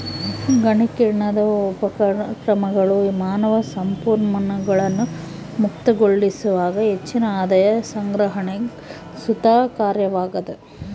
ಗಣಕೀಕರಣದ ಉಪಕ್ರಮಗಳು ಮಾನವ ಸಂಪನ್ಮೂಲಗಳನ್ನು ಮುಕ್ತಗೊಳಿಸ್ಯಾವ ಹೆಚ್ಚಿನ ಆದಾಯ ಸಂಗ್ರಹಣೆಗ್ ಸುತ ಕಾರಣವಾಗ್ಯವ